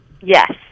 yes